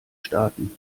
staaten